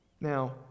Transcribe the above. Now